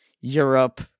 Europe